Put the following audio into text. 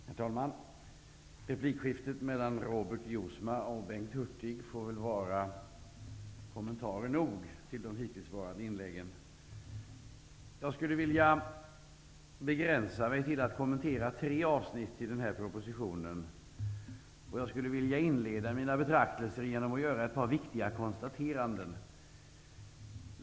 Herr talman! Replikskiftet mellan Robert Jousma och Bengt Hurtig får väl vara kommentarer nog till de hittillsvarande inläggen. Jag vill begränsa mig till att kommentera tre avsnitt i denna proposition, genom att inleda mina betraktelser genom ett par viktiga konstateranden.